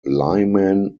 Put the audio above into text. lyman